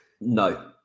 No